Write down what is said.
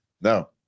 No